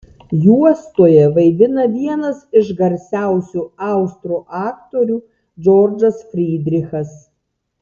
juostoje vaidina vienas iš garsiausių austrų aktorių džordžas frydrichas